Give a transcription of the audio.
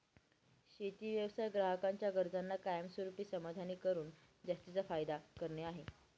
शेती व्यवसाय ग्राहकांच्या गरजांना कायमस्वरूपी समाधानी करून जास्तीचा फायदा करणे आहे